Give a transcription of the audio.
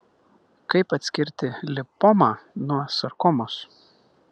kaip atskirti lipomą nuo sarkomos